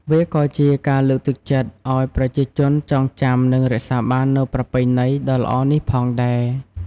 វាក៏ជាការលើកទឹកចិត្តឲ្យប្រជាជនចងចាំនិងរក្សាបាននូវប្រពៃណីដ៏ល្អនេះផងដែរ។